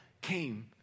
came